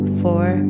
four